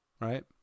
Right